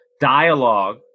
dialogue